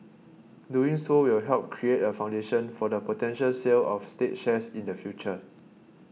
doing so will help create a foundation for the potential sale of state shares in the future